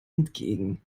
entgegen